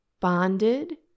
bonded